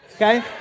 Okay